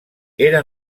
era